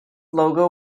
logo